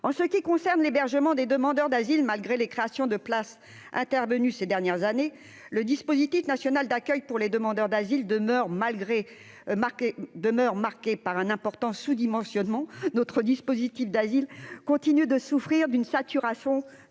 en ce qui concerne l'hébergement des demandeurs d'asile, malgré les créations de places intervenues ces dernières années, le dispositif national d'accueil pour les demandeurs d'asile demeure malgré marqué demeure marquée par un important sous- dimensionnement notre dispositif d'asile continue de souffrir d'une saturation des